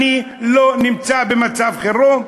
אני לא נמצא במצב חירום?